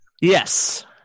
Yes